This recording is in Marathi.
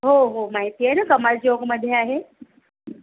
हो हो माहिती आहे ना कमाल चौकमध्ये आहे